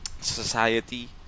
society